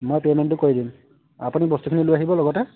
মই পে'মেণ্টটো কৰি দিম আপুনি বস্তুখিনি লৈ আহিব লগতে